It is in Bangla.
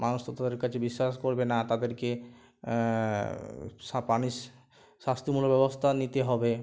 মানুষ তো তাদের কাছে বিশ্বাস করবে না তাদেরকে শা পানিশ শাস্তিমুলক ব্যবস্থা নিতে হবে